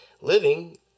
living